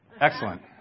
excellent